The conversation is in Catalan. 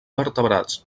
vertebrats